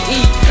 eat